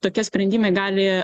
tokie sprendimai gali